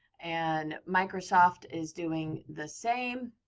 and microsoft is doing the same.